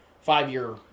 five-year